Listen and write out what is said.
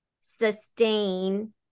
sustain